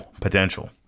potential